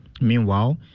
Meanwhile